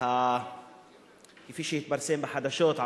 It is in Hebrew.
כפי שהתפרסם בחדשות,